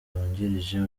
wungirije